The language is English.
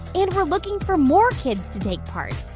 and we're looking for more kids to take part.